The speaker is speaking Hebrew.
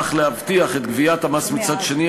אך להבטיח את גביית המס מצד שני,